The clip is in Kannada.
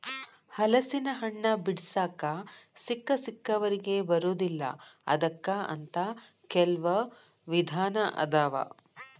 ಹಲಸಿನಹಣ್ಣ ಬಿಡಿಸಾಕ ಸಿಕ್ಕಸಿಕ್ಕವರಿಗೆ ಬರುದಿಲ್ಲಾ ಅದಕ್ಕ ಅಂತ ಕೆಲ್ವ ವಿಧಾನ ಅದಾವ